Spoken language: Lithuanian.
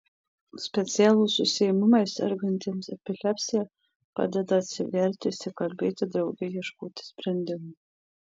specialūs užsiėmimai sergantiems epilepsija padeda atsiverti išsikalbėti drauge ieškoti sprendimų